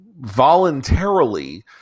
voluntarily